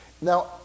Now